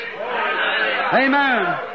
Amen